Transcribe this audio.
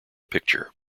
picture